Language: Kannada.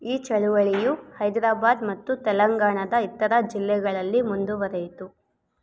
ಈ ಚಳುವಳಿಯು ಹೈದರಾಬಾದ್ ಮತ್ತು ತೆಲಂಗಾಣದ ಇತರ ಜಿಲ್ಲೆಗಳಲ್ಲಿ ಮುಂದುವರೆಯಿತು